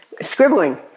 scribbling